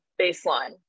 baseline